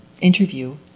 interview